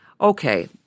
Okay